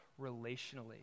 relationally